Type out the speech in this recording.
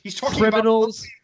criminals